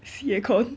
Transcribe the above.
see aircon